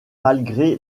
malgré